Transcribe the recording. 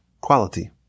quality